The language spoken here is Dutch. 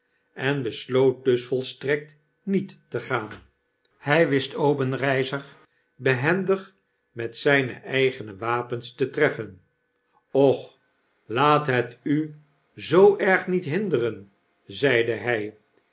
en besloot dus volstrekt niet te gaan hg wist obenreizer behendig met zpe eigene wapens te treffen och laat het u zoo erg niet hinderen zeide hjj